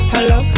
Hello